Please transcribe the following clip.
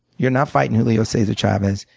you're not fighting julio cesar chavez.